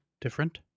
different